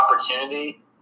opportunity